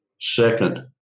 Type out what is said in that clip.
second